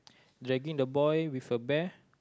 dragging the boy with a bear